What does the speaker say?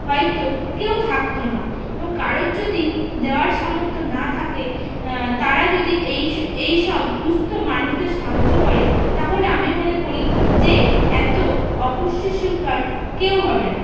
হয়তো কেউ থাকতো না এবং কারোর যদি দেওয়ার সামর্থ না থাকে তারা যদি এই এইসব দুস্থ মানুষদের সাহায্য করে তাহলে আমি মনে করি যে এত অপুষ্টির শিকার কেউ হবে না